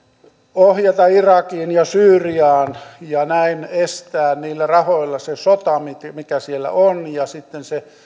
ohjata irakiin ja syyriaan ja näin estää niillä rahoilla se sota mikä mikä siellä on ja sitten se